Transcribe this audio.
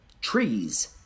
trees